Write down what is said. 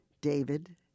David